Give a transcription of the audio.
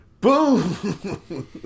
boom